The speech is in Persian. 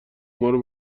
مارو